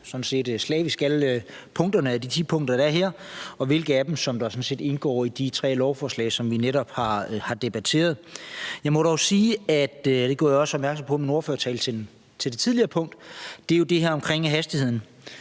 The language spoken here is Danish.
alle punkterne, som er her, og hvilke af dem som sådan set indgår i de tre lovforslag, som vi netop har debatteret. Jeg må dog sige noget – det gjorde jeg også opmærksom på i min ordførertale ved det tidligere punkt – i forhold til det her om hastigheden.